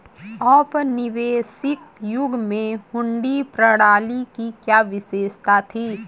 औपनिवेशिक युग में हुंडी प्रणाली की क्या विशेषता थी?